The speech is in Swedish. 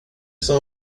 som